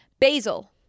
Basil